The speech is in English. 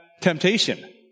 temptation